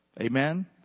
Amen